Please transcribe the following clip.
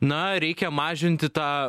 na reikia mažinti tą